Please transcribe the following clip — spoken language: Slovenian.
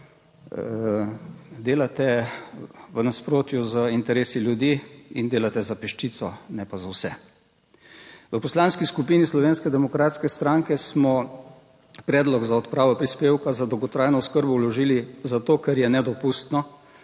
Delate v nasprotju z interesi ljudi in delate za peščico, ne pa za vse. V Poslanski skupini Slovenske demokratske stranke smo predlog za odpravo prispevka za dolgotrajno oskrbo vložili zato, ker je nedopustno,